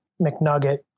McNugget